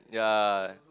ya